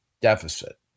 deficit